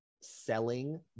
selling